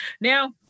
Now